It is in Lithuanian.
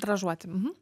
drąžuoti mhm